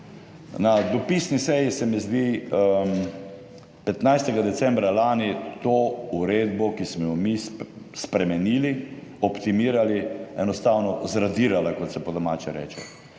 na dopisni seji se mi zdi 15. decembra lani to uredbo, ki smo jo mi spremenili, optimirali, enostavno zradirala, kot se po domače reče